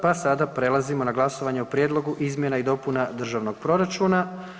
Pa sada prelazimo na glasovanje o Prijedlogu izmjena i dopuna državnog proračuna.